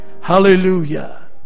Hallelujah